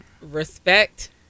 Respect